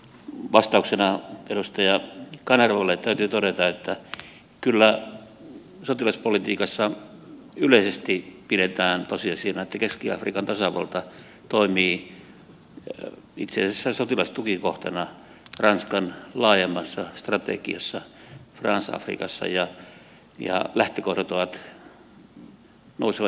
vastauksena edustaja kanervalle täytyy todeta että kyllä sotilaspolitiikassa yleisesti pidetään tosiasiana että keski afrikan tasavalta toimii itse asiassa sotilastukikohtana ranskan laajemmassa francafrique strategiassa ja lähtökohdat nousevat juuri tästä